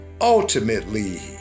ultimately